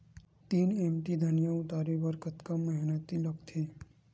तीन एम.टी धनिया उतारे बर कतका मेहनती लागथे?